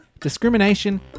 Discrimination